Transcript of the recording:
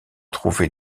trouver